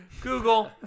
Google